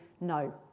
no